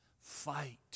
Fight